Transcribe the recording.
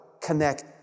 connect